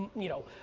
you know,